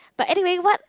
but anyway what